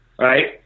right